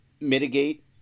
mitigate